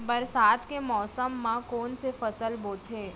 बरसात के मौसम मा कोन से फसल बोथे?